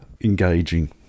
engaging